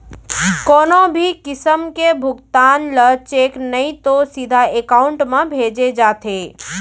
कोनो भी किसम के भुगतान ल चेक नइ तो सीधा एकाउंट म भेजे जाथे